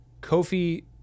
Kofi